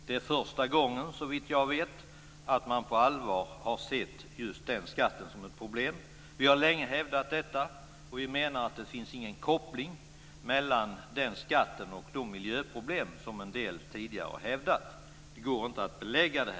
Det är första gången, såvitt jag vet, som man på allvar ser just den skatten som ett problem. Vi har länge hävdat detta och menar att det inte finns någon koppling mellan den här skatten och de miljöproblem som en del tidigare har hävdat. Det går inte att belägga detta.